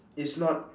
it's not